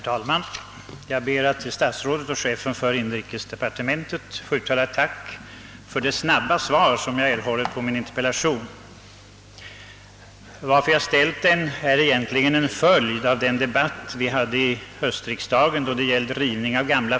Herr talman! Jag ber att till herr statsrådet och chefen för inrikesdepartementet få uttala ett tack för det snabba svar jag erhållit på min interpellation. Att jag framställde min interpellation var egentligen en följd av den debatt om rivning av gamla fastigheter som vi förde här under höstriksdagen.